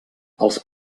els